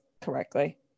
correctly